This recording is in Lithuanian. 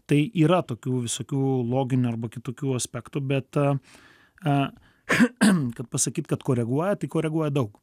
tai yra tokių visokių loginių arba kitokių aspektų bet kad pasakyt kad koreguoja tai koreguoja daug